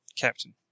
captain